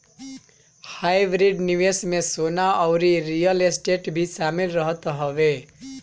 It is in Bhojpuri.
हाइब्रिड निवेश में सोना अउरी रियल स्टेट भी शामिल रहत हवे